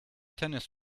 tennis